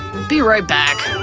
be right back.